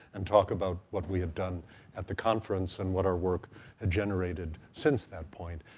and talk about what we had done at the conference, and what our work ah generated since that point.